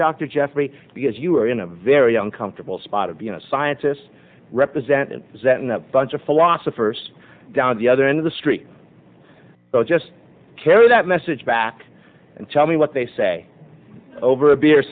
dr jeffrey because you are in a very uncomfortable spot of you know scientists represent a bunch of philosophers down the other end of the street just carry that message back and tell me what they say over a beer